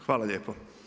Hvala lijepo.